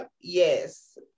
yes